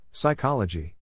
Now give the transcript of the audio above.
Psychology